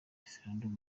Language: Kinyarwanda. referendum